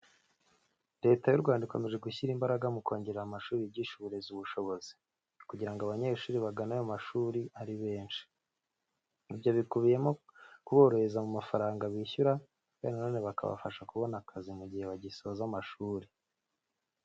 Leta y'u Rwanda ikomeje gushyira imbaraga mu kongerera amashuri yigisha uburezi ubushobozi, kugira ngo abanyeshuri bagane ayo mashuri ari benshi. Ibyo bikubiyemo kuborohereza mu mafaranga bishyura, kandi na none bakabafasha kubona akazi mu gihe bagisoza amashuri.